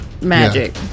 magic